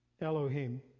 Elohim